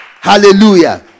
Hallelujah